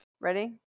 Ready